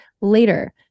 later